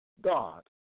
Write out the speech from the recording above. God